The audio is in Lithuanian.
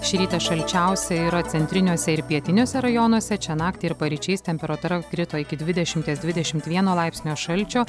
šį rytą šalčiausia yra centriniuose ir pietiniuose rajonuose čia naktį ir paryčiais temperatūra krito iki dvidešimties dvidešimt vieno laipsnio šalčio